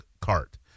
cart